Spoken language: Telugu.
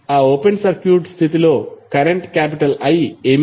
ఆ ఓపెన్ సర్క్యూట్ స్థితిలో కరెంట్ I ఏమిటి